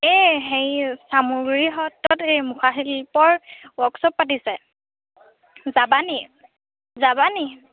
এই হেই চামগুৰি সত্ৰত এই মুখা শিল্পৰ ৱৰ্কশ্বপ পাতিছে যাবানি যাবানি